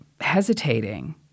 hesitating